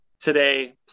today